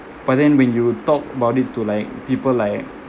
but then when you talk about it to like people like